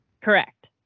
Correct